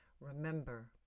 Remember